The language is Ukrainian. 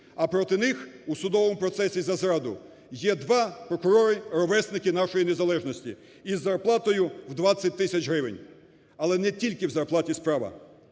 А проти них у судовому процесі за зраду є два прокурори, ровесники нашої незалежності, із зарплатою в 20 тисяч гривень. Але не тільки в зарплаті справа.